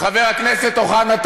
חבר הכנסת אוחנה,